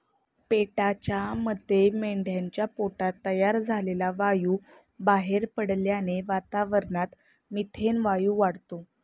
पेटाच्या मते मेंढीच्या पोटात तयार झालेला वायू बाहेर पडल्याने वातावरणात मिथेन वायू वाढतो